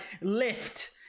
lift